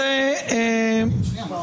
יאהב.